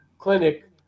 clinic